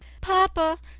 papa,